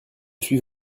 suis